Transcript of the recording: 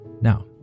Now